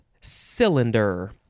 cylinder